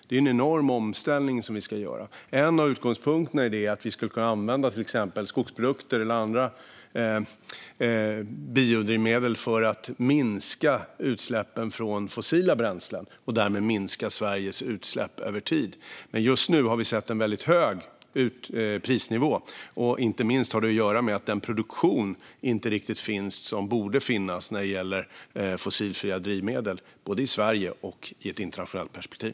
Det är en enorm omställning som vi ska göra. En av utgångspunkterna i det är att vi ska kunna använda till exempel skogsprodukter eller andra biodrivmedel för att minska utsläppen från fossila bränslen och därmed minska Sveriges utsläpp över tid. Just nu har vi sett en väldigt hög prisnivå. Det har inte minst att göra med att den produktion av fossilfria drivmedel som borde finnas inte riktigt finns vare sig i Sverige eller i ett internationellt perspektiv.